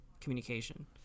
communication